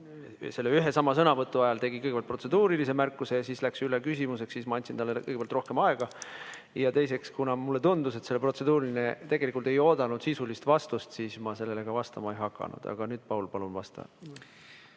ta selle ühe ja sama sõnavõtu ajal tegi kõigepealt protseduurilise märkuse ja siis läks üle küsimusele, siis ma andsin talle kõigepealt rohkem aega. Ja teiseks, kuna mulle tundus, et see protseduuriline küsimus tegelikult ei oodanud sisulist vastust, siis ma sellele vastama ei hakanud. Aga Paul, palun vasta!